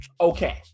Okay